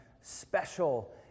special